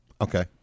Okay